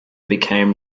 became